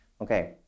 Okay